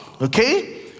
okay